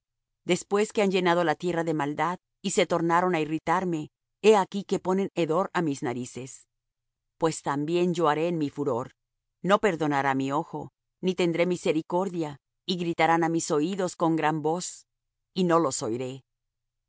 después que han llenado la tierra de maldad y se tornaron á irritarme he aquí que ponen hedor á mis narices pues también yo haré en mi furor no perdonará mi ojo ni tendré misericordia y gritarán á mis oídos con gran voz y no los oiré